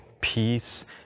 peace